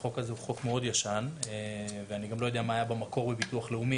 החוק הזה הוא חוק מאוד ישן ואני גם לא יודע מה היה במקור בביטוח לאומי,